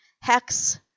Hex